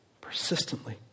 persistently